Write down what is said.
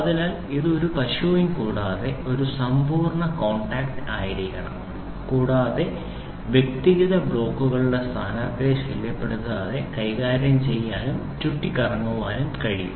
അതിനാൽ ഇത് ഒരു പശയും കൂടാതെ ഒരു സമ്പൂർണ്ണ കോൺടാക്റ്റ് ആയിരിക്കണം കൂടാതെ വ്യക്തിഗത ബ്ലോക്കുകളുടെ സ്ഥാനത്തെ ശല്യപ്പെടുത്താതെ കൈകാര്യം ചെയ്യാനും ചുറ്റിക്കറങ്ങാനും കഴിയും